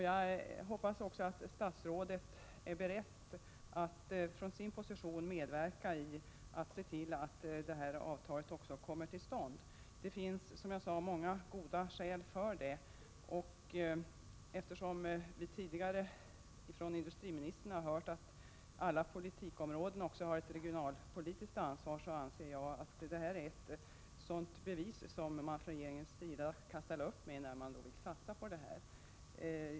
Jag hoppas också att socialministern är beredd att från sin position medverka till att avtalet kommer till stånd. Det finns, som jag sade, många goda skäl till det. Vi har tidigare hört från industriministern att alla politikområden också 95 har ett regionalpolitiskt ansvar. Jag anser att regeringen genom att satsa på denna thoraxkirurgiska klinik kan ge ett bevis för det.